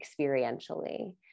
experientially